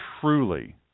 truly